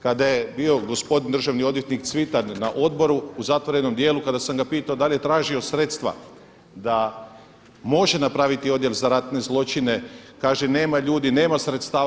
Kada je bio gospodin državni odvjetnik Cvitan na odboru, u zatvorenom dijelu kada sam ga pitao da li je tražio sredstva da može napraviti odjel za ratne zločine kaže nema ljudi, nema sredstava.